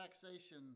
taxation